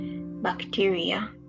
bacteria